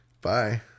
bye